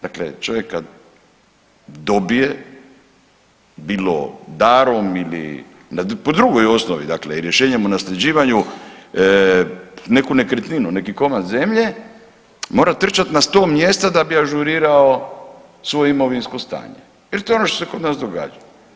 Dakle čovjek kad dobije, bilo darom ili po drugoj osnovi, dakle i rješenjem o nasljeđivanju neku nekretninu, neki komad zemlje, mora trčat na 100 mjesta da bi ažurirao svoje imovinsko stanje jer to je ono što se kod nas događa.